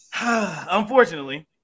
Unfortunately